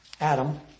Adam